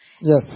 Yes